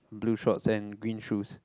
blue shorts and green shoes